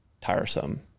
tiresome